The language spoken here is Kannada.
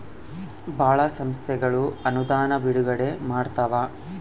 ಭಾಳ ಸಂಸ್ಥೆಗಳು ಅನುದಾನ ಬಿಡುಗಡೆ ಮಾಡ್ತವ